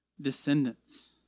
descendants